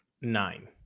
Nine